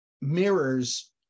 mirrors